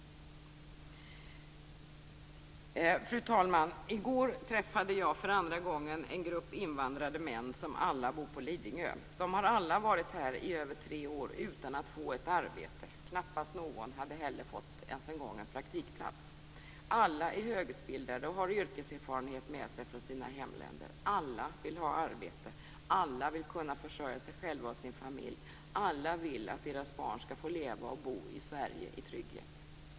Fru talman! I går träffade jag för andra gången en grupp invandrade män som alla bor på Lidingö. De har alla varit här i över tre år utan att få ett arbete, knappast någon hade heller fått ens en gång en praktikplats. Alla är högutbildade och har yrkeserfarenhet med sig från sina hemländer. Alla vill ha arbete, alla vill försörja sig själva och sin familj, alla vill att deras barn skall få leva och bo i Sverige i trygghet.